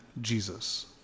Jesus